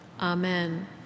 Amen